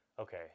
Okay